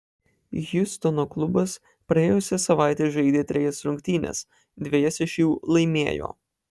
hjustono klubas praėjusią savaitę žaidė trejas rungtynes dvejas iš jų laimėjo